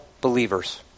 believers